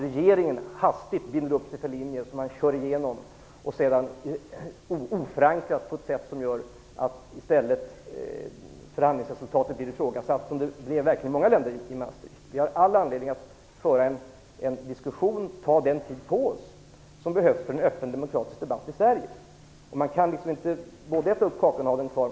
Regeringen bör inte hastigt binda upp sig för en linje som sedan, oförankrat, drivs igenom, så att förhandlingsresultatet senare blir ifrågasatt. Detta blev fallet för många länder som berördes av Maastrichtavtalet. Vi har all anledning att föra en diskussion kring detta och att ta den tid på oss som behövs för att vi i Sverige skall kunna föra en öppen och demokratisk debatt. Man kan inte både äta upp kakan och ha den kvar.